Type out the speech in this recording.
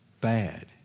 bad